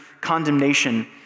condemnation